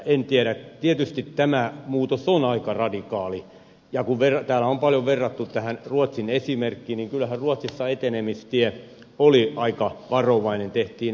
en tiedä tietysti tämä muutos on aika radikaali ja kun täällä on paljon verrattu tähän ruotsin esimerkkiin niin kyllähän ruotsissa etenemistie oli aika varovainen